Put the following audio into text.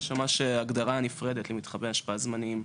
יש ממש הגדרה נפרדת למתחמי השפעה זמניים.